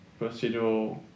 procedural